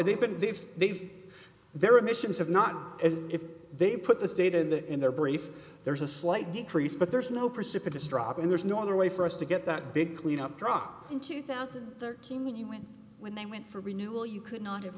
they've been they've they've their emissions have not as if they put this data in the in their brief there's a slight decrease but there's no precipitous drop and there's no other way for us to get that big cleanup drop in two thousand thirteen when you went when they went for renewal you could not have